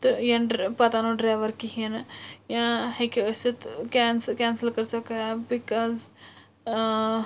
تہٕ یا ڈَر پَتہٕ آو نہٕ ڈرٛایوَر کِہیٖنۍ نہٕ یا ہیٚکہِ ٲسِتھ ٲں کیٚنسل کٔرِو سا کیب بِکاز ٲں